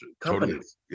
companies